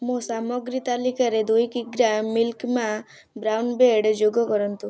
ମୋ ସାମଗ୍ରୀ ତାଲିକାରେ ଦୁଇ କିଗ୍ରା ମିଲ୍କ ମା ବ୍ରାଉନ୍ ବ୍ରେଡ଼୍ ଯୋଗ କରନ୍ତୁ